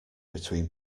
between